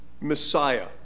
Messiah